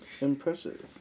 impressive